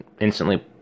instantly